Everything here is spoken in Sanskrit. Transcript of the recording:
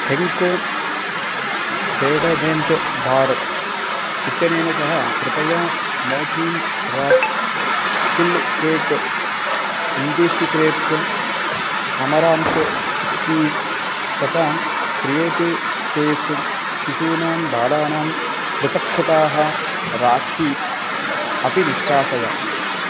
हेङ्को डयोडरेण्ट् बार् इत्यनेन सह कृपया Mortein rat kill cake Indie secrets अमरान्त् चिक्की तथा क्रियेटिव् स्पेस् शिशूनां बालानां पृतक्कृताः राखी अपि निष्कासय